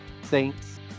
Saints